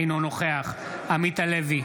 אינו נוכח עמית הלוי,